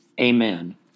amen